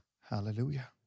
Hallelujah